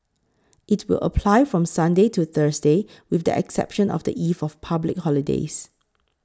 it will apply from Sunday to Thursday with the exception of the eve of public holidays